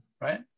right